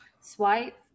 swipe